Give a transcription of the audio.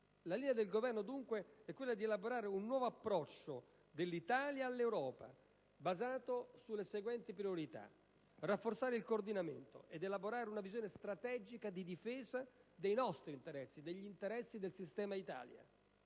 La linea del Governo, dunque, è volta ad elaborare un nuovo approccio dell'Italia all'Europa basato sulle seguenti priorità: rafforzare il coordinamento ed elaborare una visione strategica di difesa dei nostri interessi, degli interessi del sistema Italia;